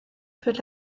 führt